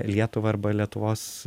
lietuva arba lietuvos